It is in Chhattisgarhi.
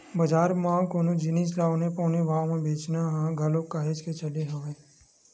बजार म कोनो जिनिस ल औने पौने भाव म बेंचना ह घलो काहेच के चले हवय